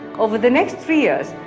over the next three years,